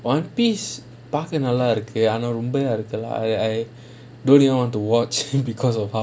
one piece பாக்க நல்ல இருக்கு ஆனா ரொம்ப இருக்குல்ல:paaka nalla irukku aanaa romba irukula I don't even want to watch because of how